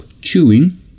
chewing